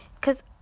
Cause